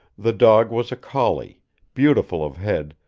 the dog was a collie beautiful of head,